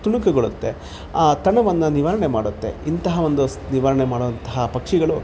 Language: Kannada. ತುಣುಕುಗೊಳುತ್ತೆ ಆ ತನವನ್ನು ನಿವಾರಣೆ ಮಾಡುತ್ತೆ ಇಂತಹ ಒಂದು ನಿವಾರಣೆ ಮಾಡುವಂಥಹ ಪಕ್ಷಿಗಳು